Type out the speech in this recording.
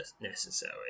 necessary